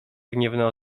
gniewna